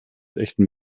echten